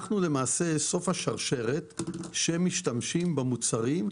אנחנו למעשה סוף השרשרת שמשתמשים במוצרים,